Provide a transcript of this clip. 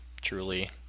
truly